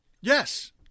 Yes